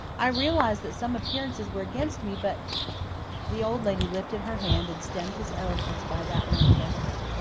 i realize that some appearances were against me, but the old lady lifted her hand and stemmed his eloquence by that one gesture.